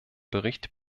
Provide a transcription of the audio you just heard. bericht